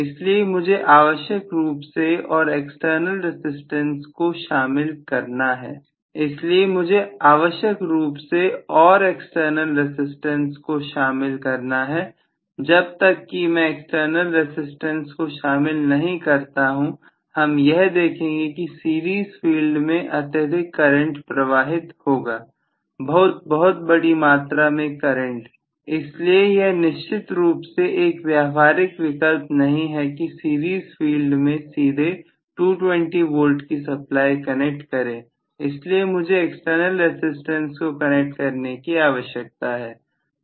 इसलिए मुझे आवश्यक रूप से और एक्सटर्नल रसिस्टेंस को शामिल करना है जब तक कि मैं एक्सटर्नल रसिस्टेंस को शामिल नहीं करता हूं हम यह देखेंगे कि सीरीज फील्ड में अत्यधिक करंट प्रवाहित होगा बहुत बहुत बड़ी मात्रा में करंट इसलिए यह निश्चित रूप से एक व्यवहारिक विकल्प नहीं है कि सीरीज फील्ड में सीधे 220 वोल्ट की सप्लाई कनेक्ट करें इसलिए मुझे एक्सटर्नल रसिस्टेंस को कनेक्ट करने की आवश्यकता है